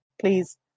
Please